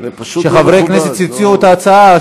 שחברי הכנסת שהציעו את ההצעה,